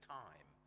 time